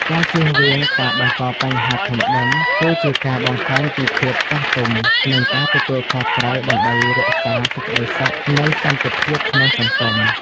ការជៀសវាងការបង្កបញ្ហាធំដុំ គឺជាការបង្ហាញពីភាពចាស់ទុំ និងការទទួលខុសត្រូវ ដើម្បីរក្សាសេចក្តីសុខ និងសន្តិភាពក្នុងសង្គម។